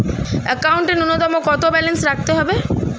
একাউন্টে নূন্যতম কত ব্যালেন্স রাখতে হবে?